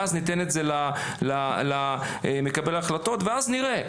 ואז ניתן את זה למקבלי ההחלטות ואז נראה,